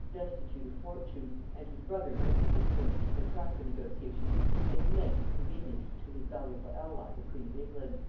destitute of fortune, and whose brother might be influenced protract the negotiation to any length convenient to his valuable ally the queen of england.